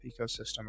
ecosystem